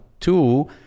Two